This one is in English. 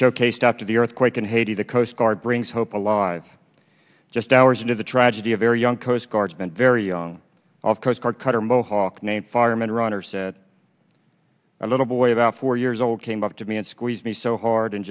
showcased after the earthquake in haiti the coast guard brings hope alive just hours into the tragedy a very young coastguardsman very young of coast guard cutter mohawk named fireman runner said a little boy about four years old came up to me and squeezed me so hard and